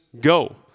go